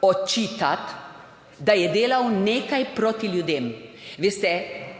očitati, da je delal nekaj proti ljudem. Veste,